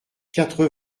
quatre